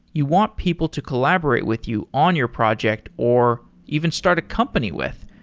you want people to collaborate with you on your project or even start a company with.